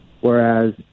Whereas